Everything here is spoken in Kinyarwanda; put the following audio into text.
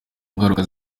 ngaruka